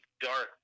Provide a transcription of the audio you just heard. dark